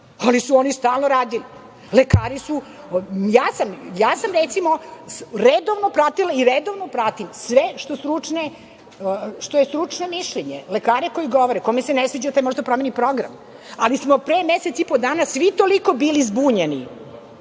ali su oni stalno radili. Ja sam recimo redovno pratila i redovno pratim sve što je stručno mišljenje, lekare koji govore, kome se ne sviđa taj može da promeni program, ali smo pre mesec i po dana svi toliko bili zbunjeni